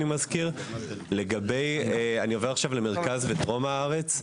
אני עובר עכשיו למרכז ודרום הארץ.